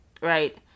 right